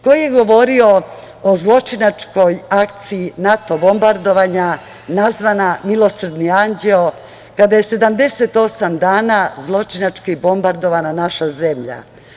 Ko je govorio o zločinačkoj akciji, Nato bombardovanja, nazvana „Milosrdni anđeo“, kada je 78 dana, zločinački bombardovana naša zemlja.